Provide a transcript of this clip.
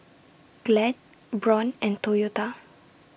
Glad Braun and Toyota